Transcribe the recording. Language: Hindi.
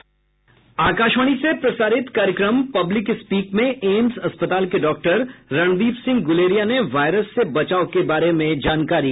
आकाशवाणी से प्रसारित कार्यक्रम पब्लिक स्पीक में एम्स अस्पताल के डॉक्टर रणदीप सिंह गुलेरिया ने वायरस से बचाव के बारे में जानकारी दी